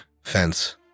fence